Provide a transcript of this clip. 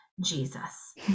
Jesus